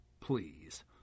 Please